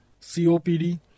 COPD